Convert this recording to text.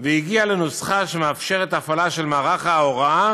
והגיע לנוסחה שמאפשרת הפעלה של מערך ההוראה